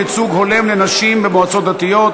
ייצוג הולם לנשים במועצות דתיות),